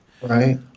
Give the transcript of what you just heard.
right